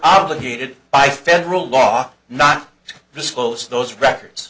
obligated by federal law not to disclose those records